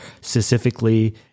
specifically